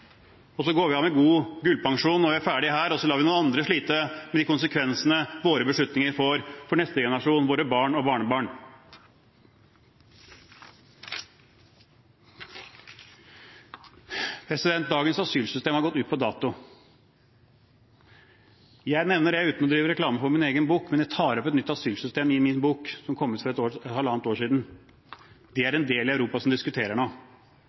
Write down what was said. og så går vi av med en god gullpensjon når vi er ferdige her, og lar noen andre slite med de konsekvensene våre beslutninger får for neste generasjon, våre barn og barnebarn? Dagens asylsystem har gått ut på dato. Uten å drive reklame for min egen bok, nevner jeg at jeg tar opp et nytt asylsystem i min bok som kom ut for halvannet år siden. Det er en del i Europa som diskuterer dette nå,